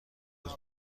روز